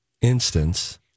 instance